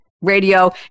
radio